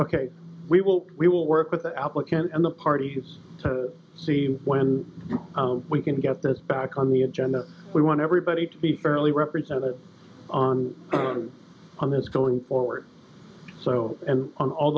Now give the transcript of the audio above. ok we will we will work with the applicant and the parties to see when we can get this back on the agenda we want everybody to be fairly represented on on this going forward so and on all